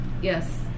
Yes